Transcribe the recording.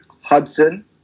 Hudson